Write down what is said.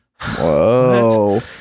Whoa